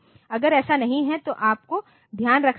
अगर ऐसा नहीं है तो आपको ध्यान रखना होगा